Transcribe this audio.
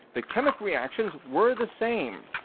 the chemic reactions were the same.